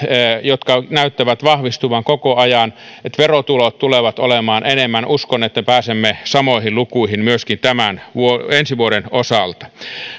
jotka näyttävät vahvistuvan koko ajan että verotulot tulevat olemaan enemmän uskon että pääsemme samoihin lukuihin myöskin ensi vuoden osalta